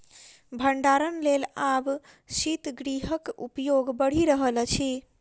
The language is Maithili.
भंडारणक लेल आब शीतगृहक उपयोग बढ़ि रहल अछि